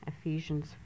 Ephesians